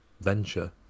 venture